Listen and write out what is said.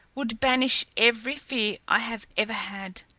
would banish every fear i have ever had.